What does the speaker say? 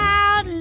out